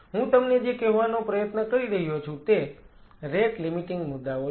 હું તમને જે કહેવાનો પ્રયત્ન કરી રહ્યો છું તે રેટ લિમિટીંગ મુદ્દાઓ છે